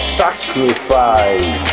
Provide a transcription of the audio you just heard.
sacrifice